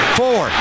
four